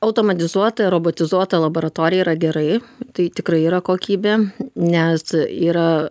automatizuota robotizuota laboratorija yra gerai tai tikrai yra kokybė nes yra